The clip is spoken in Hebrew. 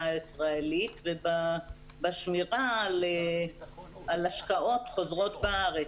הישראלית ובשמירה על השקעות חוזרות בארץ.